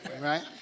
right